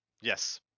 yes